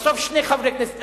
בסוף שני חברי כנסת,